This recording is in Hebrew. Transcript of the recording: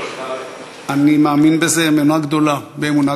אני מאמין בזה באמונה גדולה.